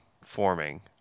forming